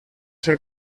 ser